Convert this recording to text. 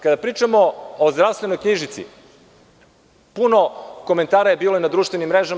Kada pričamo o zdravstvenoj knjižici, puno komentara je bilo i na društvenim mrežama.